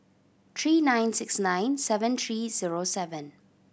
three nine six nine seven three zero seven